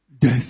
death